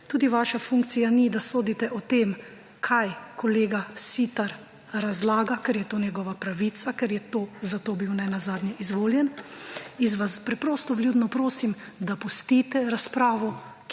Tudi vaša funkcija ni, da sodite o tem kaj kolega Siter razlaga, ker je to njegova pravica, ker je zato bil nenazadnje izvoljen. In vas preprosto vljudno prosim, da pustite razpravo,